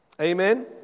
Amen